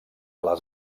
les